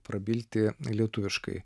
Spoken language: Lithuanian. prabilti lietuviškai